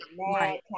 Right